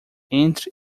entre